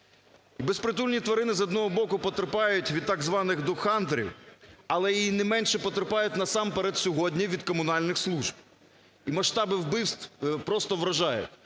Безпритульні тварини, з одного боку, потерпають від так званих догхантерів, але і не менше потерпають насамперед сьогодні від комунальних служб, і масштаб вбивств просто вражає.